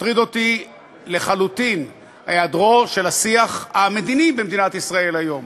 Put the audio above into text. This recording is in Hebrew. מטריד אותי לחלוטין היעדרו של השיח המדיני במדינת ישראל היום.